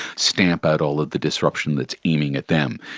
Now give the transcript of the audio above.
stamp out all of the disruption that is aiming at them.